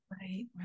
right